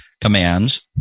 commands